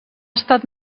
estat